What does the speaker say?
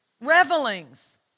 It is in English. revelings